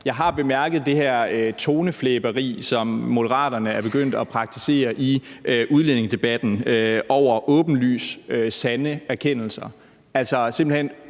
Jeg har bemærket det her toneflæberi, som Moderaterne er begyndt at praktisere i udlændingedebatten over åbenlyst sande erkendelser,